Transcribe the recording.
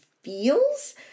feels